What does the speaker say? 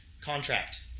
contract